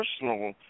personal